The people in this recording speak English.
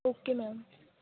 okay ma'am